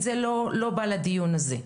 את זה לא בא לדיון הזה.